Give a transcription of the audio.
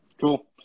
Cool